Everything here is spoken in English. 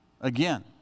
again